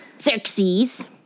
Xerxes